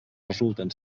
resulten